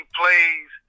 plays